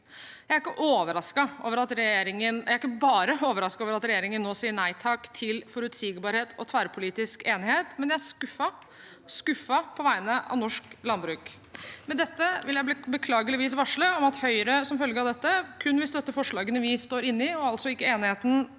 Jeg er ikke bare overrasket over at regjeringen nå sier nei takk til forutsigbarhet og tverrpolitisk enighet, men jeg er skuffet – skuffet på vegne av norsk landbruk. Med det vil jeg beklageligvis varsle om at Høyre, som følge av dette, kun vil støtte forslagene vi står inne i, og altså ikke enigheten